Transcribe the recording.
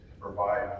provide